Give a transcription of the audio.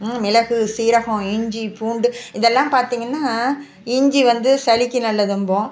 ம் மிளகு சீரகம் இஞ்சி பூண்டு இதெல்லாம் பார்த்திங்கன்னா இஞ்சி வந்து சளிக்கு நல்லதும்போம்